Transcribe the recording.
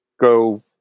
go